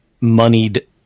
moneyed